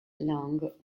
long